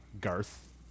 Garth